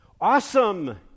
awesome